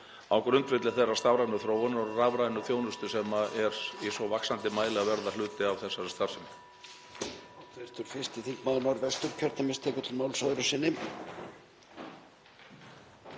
á grundvelli þeirrar stafrænu þróunar og rafrænu þjónustu sem er í svo vaxandi mæli að verða hluti af þessari starfsemi.